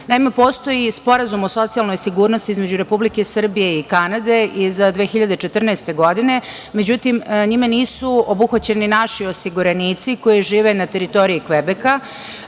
Naime, postoji Sporazum o socijalnoj sigurnosti između Republike Srbije i Kanade iz 2014. godine. Međutim, njime nisu obuhvaćeni naši osiguranici koji žive na teritoriji Kvebeka